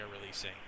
releasing